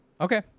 Okay